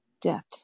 death